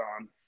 on